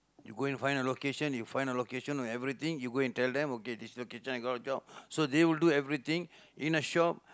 you go and find a location you find a location or everything you go and tell them okay this location I got a job so they will do everything in the shop